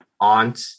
aunt